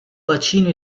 bacino